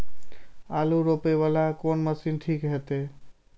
आलू रोपे वाला कोन मशीन ठीक होते?